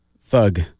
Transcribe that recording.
Thug